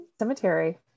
cemetery